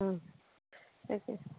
অঁ তাকে